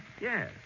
Yes